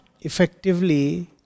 effectively